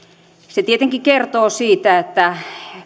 se tietenkin kertoo siitä että